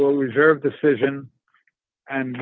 will reserve decision and